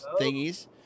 thingies